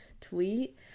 tweet